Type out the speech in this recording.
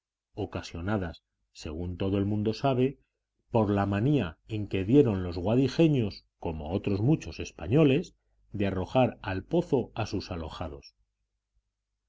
ocasionadas según todo el mundo sabe por la manía en que dieron los guadijeños como otros muchos españoles de arrojar al pozo a sus alojados